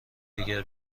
دیگر